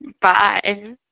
bye